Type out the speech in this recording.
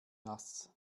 nass